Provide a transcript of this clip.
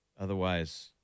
Otherwise